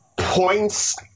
points